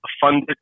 funded